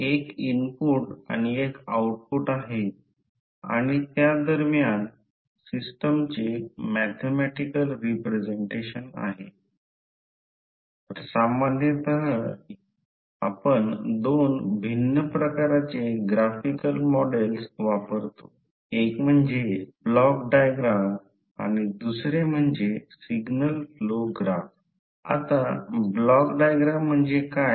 तर ते आता आहे आणि दुसरी गोष्ट म्हणजे इलेक्ट्रोमॅग्नेटिक सिस्टीम जी आपल्या इलेक्ट्रिकल इंजिनीअरिंगमध्ये सर्व फिरणाऱ्या इलेक्ट्रिकल इलेक्ट्रिक मशीनचा आणि इलेक्ट्रो मेकॅनिकल डिव्हाइसेस तसेच ट्रान्सफॉर्मर सारखी स्थिर उपकरणे यासाठी सुद्धा एक आवश्यक घटक आहे